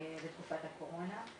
בתקופת הקורונה.